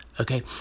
okay